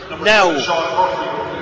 now